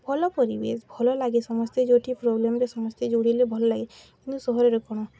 ଭଲ ପରିବେଶ ଭଲ ଲାଗେ ସମସ୍ତେ ଯେଉଁଠି ପ୍ରୋବ୍ଲେମ୍ରେ ସମସ୍ତେ ଜୋଡ଼ିଲେ ଭଲ ଲାଗେ କିନ୍ତୁ ସହରରେ କ'ଣ